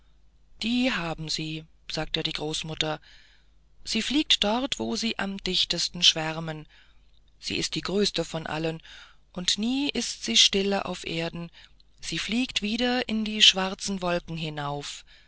die haben sie sagte die großmutter sie fliegt dort wo sie am dichtesten schwärmen sie ist die größte von allen und nie ist sie stille auf erden sie fliegt wieder in die schwarze wolke hinauf